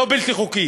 לא בלתי חוקית,